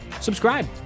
subscribe